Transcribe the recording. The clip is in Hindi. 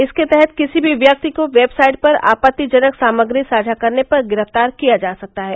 इसके तहत किसी भी व्यक्ति को वेबसाइट पर आपतिजनक सामग्री साझा करने पर गिरफ्तार किया जा सकता है